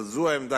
אבל זו העמדה,